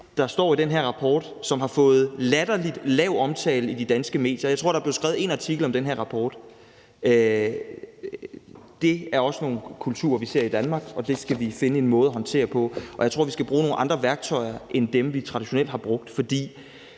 der står i den her rapport, som har fået latterlig lidt omtale i de danske medier – jeg tror, at der er blevet skrevet én artikel om den her rapport – er, at det også er nogle kulturer, vi ser i Danmark, og det skal vi finde en måde at håndtere på. Og jeg tror, at vi skal bruge nogle andre værktøjer end dem, vi traditionelt har brugt.